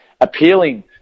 appealing